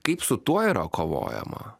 kaip su tuo yra kovojama